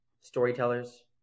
storytellers